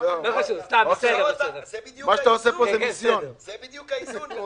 זה בדיוק האיזון.